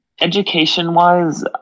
Education-wise